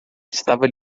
estava